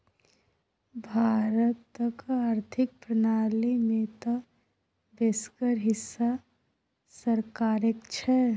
भारतक आर्थिक प्रणाली मे तँ बेसगर हिस्सा सरकारेक छै